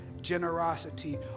generosity